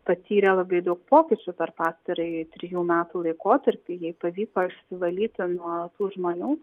patyrė labai daug pokyčių per pastarąjį trijų metų laikotarpį jai pavyko išsivalyti nuo tų žmonių